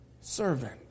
servant